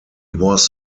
was